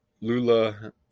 Lula